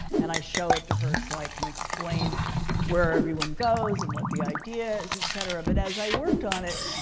and i show it to her, so i can explain where everyone goes and what the idea is, et cetera. but as i worked on it,